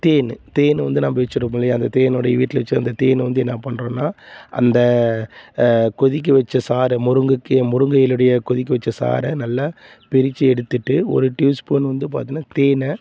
தேன் தேன் வந்து நாம் வச்சிருப்போம் இல்லையா அந்த தேனோடைய வீட்டில் வச்சு அந்த தேனை வந்து என்ன பண்ணுறோன்னா அந்த கொதிக்க வச்ச சாறை முருங்கை கீரை முருங்கை இலையனுடைய கொதிக்க வச்ச சாறை நல்லா பிரித்து எடுத்துட்டு ஒரு டியூ ஸ்பூன் வந்து பார்த்தின்னா தேனை